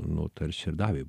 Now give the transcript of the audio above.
nu tarsi ir davė